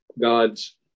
God's